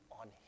on